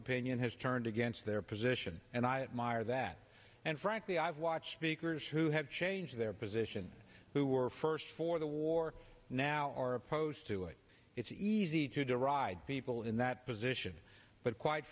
opinion has turned against their position and i admire that and frankly i've watched the koreans who have changed their position who are first for the war now are opposed to it it's easy to deride people in that position but quite